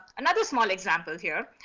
another small example here,